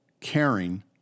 caring